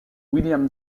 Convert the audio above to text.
william